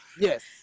Yes